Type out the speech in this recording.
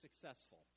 successful